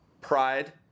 pride